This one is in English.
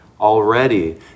already